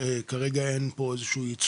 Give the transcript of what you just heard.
שכרגע אין לה כאן ייצוג